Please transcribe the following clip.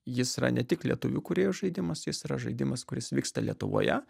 jis yra ne tik lietuvių kūrėjų žaidimas jis yra žaidimas kuris vyksta lietuvoje